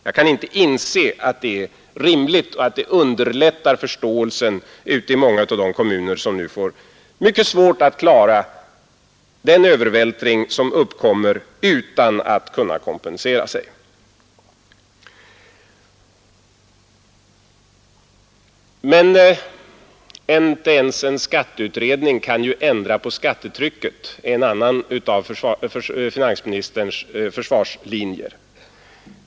Jag kan inte inse att det är rimligt och att det underlättar förståelsen ute i många av de kommuner, som nu får mycket svårt att klara den övervältring som uppkommer utan att kunna kompensera sig. Inte ens en skatteutredning kan ju ändra på skattetrycket, det var en annan av finansministerns försvarslinjer.